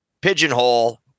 pigeonhole